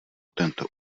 tento